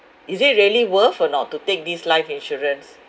is it really worth or not to take this life insurance